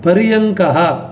पर्यङ्कः